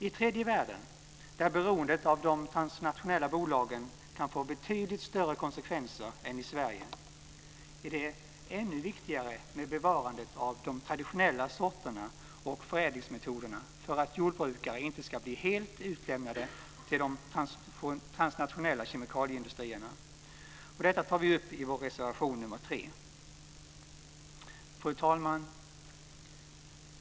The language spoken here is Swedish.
I tredje världen, där beroendet av de transnationella bolagen kan få betydligt större konsekvenser än i Sverige, är det ännu viktigare med bevarandet av de traditionella sorterna och förädlingsmetoderna för att jordbrukare inte ska bli helt utlämnade till de transnationella kemikalieindustrierna. Detta tar vi upp i vår reservation nr 3. Fru talman!